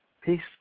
peace